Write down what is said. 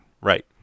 Right